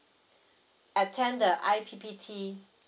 attend the I_P_P_T